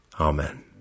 amen